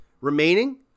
remaining